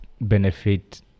benefit